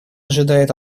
ожидает